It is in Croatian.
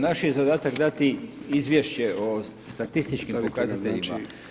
Naš je zadatak dati izvješće o statističkim pokazateljima.